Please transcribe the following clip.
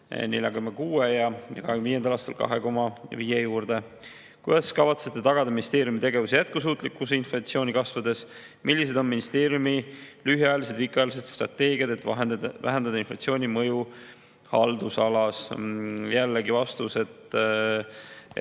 aastal 4,6% ja 2025. aastal 2,5% juurde."Kuidas kavatsete tagada ministeeriumi tegevuse jätkusuutlikkuse inflatsiooni kasvades? Millised on ministeeriumi lühiajalised ja pikaajalised strateegiad, et vähendada inflatsiooni mõju haldusalas?" Jällegi vastan, et